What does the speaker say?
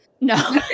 No